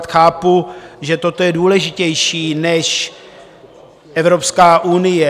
Chápu, že toto je důležitější než Evropská unie.